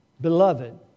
beloved